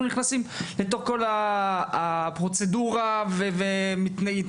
נכנסים לתוך כל הפרוצדורה והתנגדויות.